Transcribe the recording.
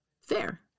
Fair